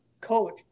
coach